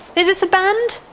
this this the band?